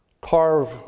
carve